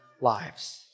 lives